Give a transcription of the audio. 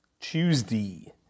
Tuesday